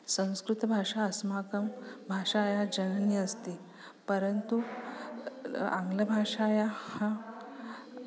संस्कृतभाषा अस्माकं भाषायाः जननी अस्ति परन्तु आङ्ग्लभाषायाः